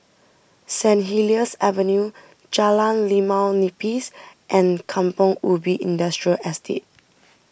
Saint Helier's Avenue Jalan Limau Nipis and Kampong Ubi Industrial Estate